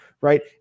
right